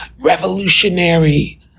revolutionary